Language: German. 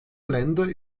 länder